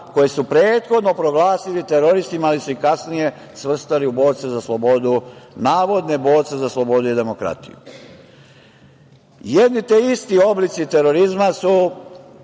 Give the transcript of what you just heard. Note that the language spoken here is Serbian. koje su prethodno proglasili teroristima, ali se i kasnije svrstali u borce za slobodu, navodne borce za slobodu i demokratiju. Jedni te isti oblici terorizma su